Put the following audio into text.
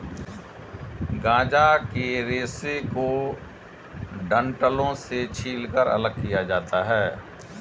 गांजा के रेशे को डंठलों से छीलकर अलग किया जाता है